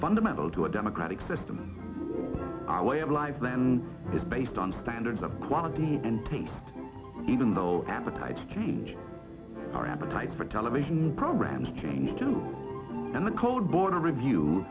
fundamental to a democratic system our way of life that is based on standards of quality and taste even though appetites change our appetite for television programs change and the colborne a review